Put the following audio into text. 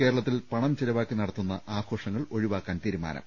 കേരളത്തിൽ പണം ചെലവാക്കി നടത്തുന്ന ആഘോഷങ്ങൾ ഒഴിവാക്കാൻ തീരുമാനം